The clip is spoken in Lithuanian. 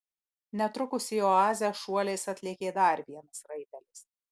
netrukus į oazę šuoliais atlėkė dar vienas raitelis